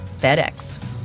FedEx